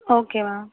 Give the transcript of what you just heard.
okay ma'am